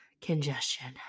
congestion